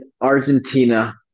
Argentina